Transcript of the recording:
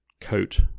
coat